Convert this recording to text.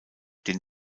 den